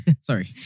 Sorry